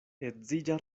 edziĝa